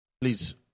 Please